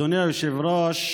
אדוני היושב-ראש,